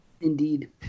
Indeed